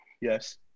Yes